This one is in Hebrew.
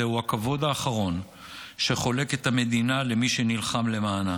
זהו הכבוד האחרון שחולקת המדינה למי שנלחם למענה.